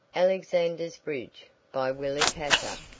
alexander's bridge by willa cather